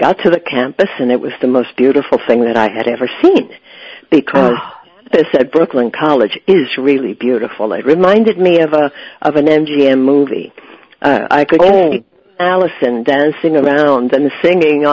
got to the campus and it was the most beautiful thing that i had ever seen because this at brooklyn college is really beautiful it reminded me of a of an m g m movie i could alice and then sing around in the singing